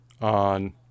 on